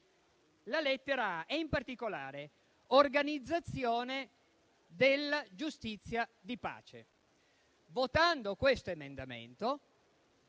la lettera *a)*, e in particolare l'organizzazione della giustizia di pace. Approvando questo emendamento,